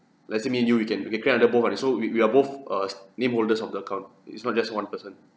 let's say me and you we can we can create under both uh so we we are both uh name holders of the account it's not just one person